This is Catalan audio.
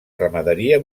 ramaderia